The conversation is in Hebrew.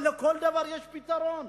אבל לכל דבר יש פתרון.